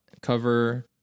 cover